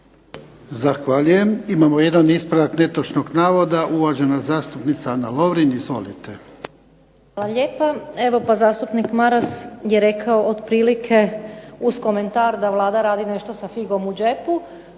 Zahvaljujem. Imamo jedan ispravak netočnog navoda, uvažena zastupnica Ana Lovrin. Izvolite. **Lovrin, Ana (HDZ)** Hvala lijepa. Evo pa zastupnik Maras je rekao otprilike uz komentar da Vlada radi nešto sa figom u džepu,